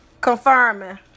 confirming